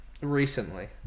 Recently